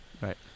right